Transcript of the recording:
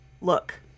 look